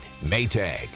Maytag